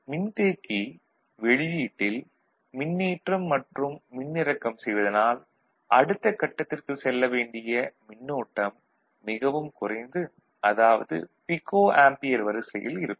மின்தேக்கி வெளியீட்டில் மின்னேற்றம் மற்றும் மின்னிறக்கம் செய்வதனால் அடுத்தக் கட்டத்திற்கு செல்ல வேண்டிய மின்னோட்டம் மிகவும் குறைந்து அதாவது பிகோ ஆம்பியர் வரிசையில் இருக்கும்